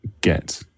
get